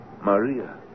Maria